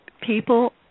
people